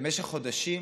במשך חודשים,